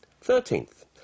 Thirteenth